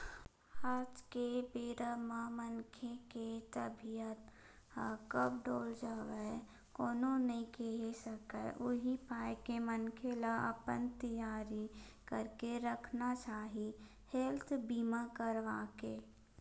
आज के बेरा म मनखे के तबीयत ह कब डोल जावय कोनो नइ केहे सकय उही पाय के मनखे ल अपन तियारी करके रखना चाही हेल्थ बीमा करवाके